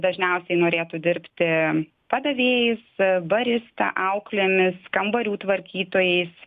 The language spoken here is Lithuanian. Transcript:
dažniausiai norėtų dirbti padavėjais barista auklėmis kambarių tvarkytojais